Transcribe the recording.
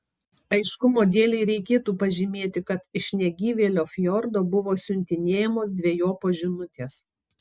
aiškumo dėlei reikėtų pažymėti kad iš negyvėlio fjordo buvo siuntinėjamos dvejopos žinutės